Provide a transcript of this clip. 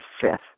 fifth